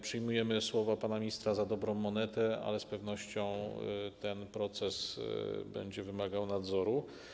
Przyjmujemy słowa pana ministra za dobrą monetę, ale z pewnością ten proces będzie wymagał nadzoru.